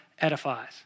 edifies